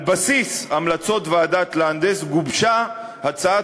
על בסיס המלצות ועדת לנדס גובשה הצעת